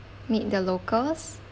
meet the locals